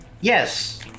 Yes